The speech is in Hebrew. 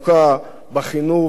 בחינוך וברווחה.